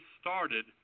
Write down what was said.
started